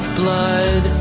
blood